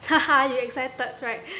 you excited that's right